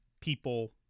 people